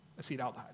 acetaldehyde